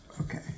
Okay